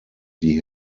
die